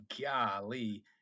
golly